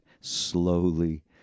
slowly